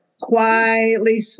Quietly